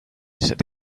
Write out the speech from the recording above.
said